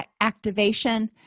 activation